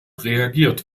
reagiert